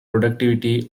productivity